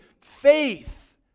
faith